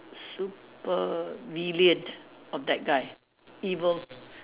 supervillain of that guy evil